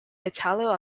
italo